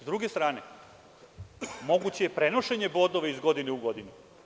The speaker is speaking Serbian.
S druge strane, moguće je prenošenje bodova iz godine u godinu.